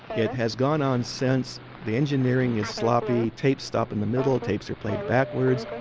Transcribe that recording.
it has gone on since. the engineering is sloppy, tapes stop in the middle, tapes were played backwards,